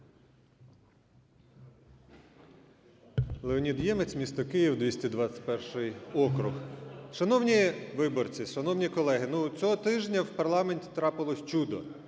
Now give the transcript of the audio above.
Леонід Ємець, місто Київ, 221 округ. Шановні виборці, шановні колеги! Ну, цього тижня в парламенті трапилось чудо: